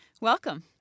Welcome